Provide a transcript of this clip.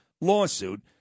lawsuit